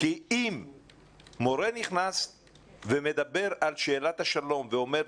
כי אם מורה נכנס ומדבר על שאלת השלום ואומר,